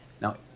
Now